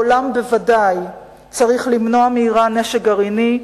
העולם בוודאי צריך למנוע מאירן נשק גרעיני,